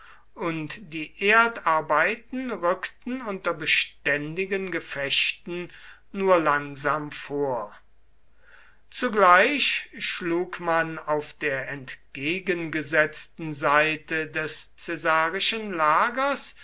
und die erdarbeiten rückten unter beständigen gefechten nur langsam vor zugleich schlug man auf der entgegengesetzten seite des caesarischen lagers